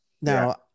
Now